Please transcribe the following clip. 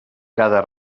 cada